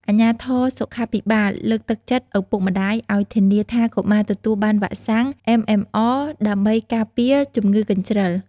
អាជ្ញាធរសុខាភិបាលលើកទឹកចិត្តឪពុកម្តាយឱ្យធានាថាកុមារទទួលបានវ៉ាក់សាំង MMR ដើម្បីការពារជំងឺកញ្ជ្រឹល។